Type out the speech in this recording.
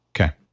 Okay